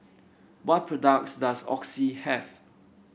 what products does Oxy have